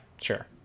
sure